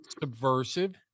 subversive